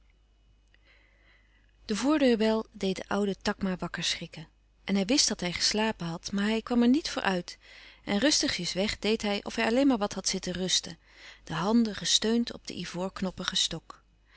lang de voordeurbel deed de oude takma wakker schrikken en hij wist dat hij geslapen had maar hij kwam er niet voor uit en rustigjes weg deed hij of hij alleen maar wat had zitten rusten de handen gesteund op den ivoorknoppigen stok